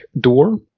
door